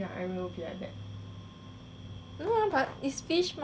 don't know ah but is fish mah like they give a damn meh